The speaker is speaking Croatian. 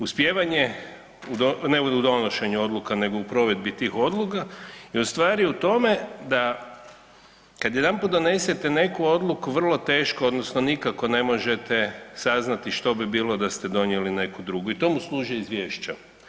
Uspijevanje ne u donošenju odluka nego u provedbi tih odluka je u stvari u tome da kad jedanput donesete jednu odluku vrlo teško odnosno nikako ne možete saznati što bi bilo da ste donijeli neku drugu i tome služi izvješća.